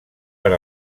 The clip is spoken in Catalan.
per